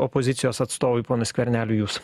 opozicijos atstovui ponui skverneliui jūs